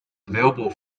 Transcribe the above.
available